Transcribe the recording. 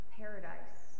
paradise